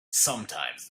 sometimes